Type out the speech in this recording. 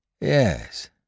Yes